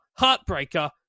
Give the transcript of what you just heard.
heartbreaker